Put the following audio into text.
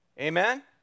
Amen